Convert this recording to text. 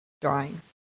drawings